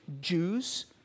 Jews